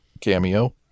cameo